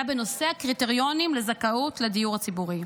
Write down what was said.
בנושא הקריטריונים לזכאות לדיור הציבורי,